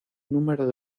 número